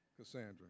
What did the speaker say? Cassandra